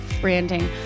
branding